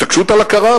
התעקשות על הכרה,